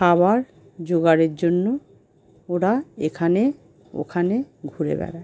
খাবার জোগারের জন্য ওরা এখানে ওখানে ঘুরে বেড়ায়